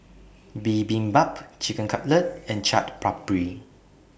Bibimbap Chicken Cutlet and Chaat Papri